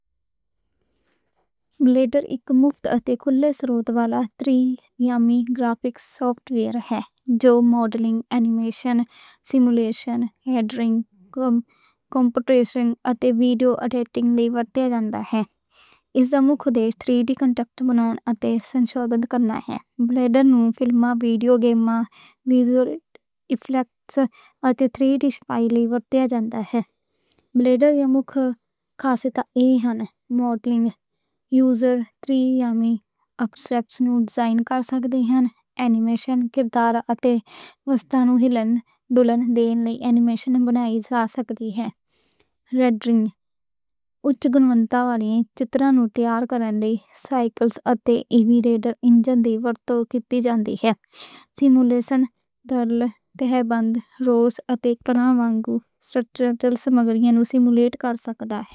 بلینڈر اک مفت اتے اوپن سورس تری D computer graphics soft where ہے۔ جو ماڈلنگ، انیمیشن، سِمولیشن، رینڈرنگ، کمپوزٹنگ، اتے ویڈیو ایڈیٹنگ لئی ورتیا جاندا ہے۔ اس دا مکھیہ اُدیش تری ڈی کانٹینٹ بنانا اتے سنشودھن کرنا ہے۔ بلینڈر نوں فلم، ویڈیو گیم، وِژول ایفیکٹس اتے تری ڈی پرنٹس لئی ورتیا جاندا ہے۔ بلینڈر وچ خاصیت ایہ ہے کہ ماڈلنگ، یوزر اِنٹرفیس نوں کسٹمائز کر سکدی ہے۔ انیمیشن وچ کردار اتے واستاں نوں ہلّن بلّن دینے لئی انیمیشن بنائی جا سکدی ہے۔ رینڈرنگ اُچ کوالٹی چِتراں نوں تیار کرن لئی سائیکلز اتے اِنٹرنل انجن توں ورتی جاندی ہے۔ سِمولیشن تے فزکس سسٹمز نال سامگریاں سِمولیٹ کر سکدی ہے۔